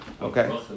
Okay